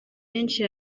benshi